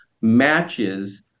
matches